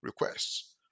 requests